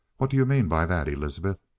what do you mean by that, elizabeth?